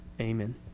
Amen